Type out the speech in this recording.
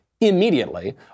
immediately